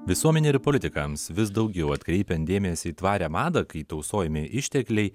visuomenė ir politikams vis daugiau atkreipiant dėmesį į tvarią madą kai tausojami ištekliai